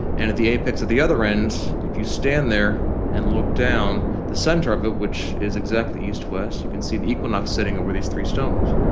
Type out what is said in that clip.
and at the apex of the other end, if you stand there and look down, the centre of it, which is exactly east-west, you can see the equinox sitting over these three stones.